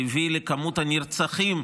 שהביא למספר הנרצחים,